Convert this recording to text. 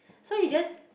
so you just